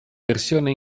versione